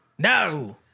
No